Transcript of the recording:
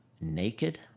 naked